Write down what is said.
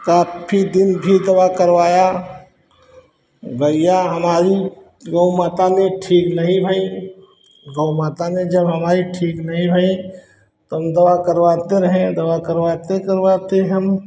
काफ़ी दिन भी दवा करवाया गैया हमारी गौ माता ने ठीक नहीं भई गौ माता ने जब हमारी ठीक नहीं भई तो हम दवा करवाते रहे दवा करवाते करवाते हम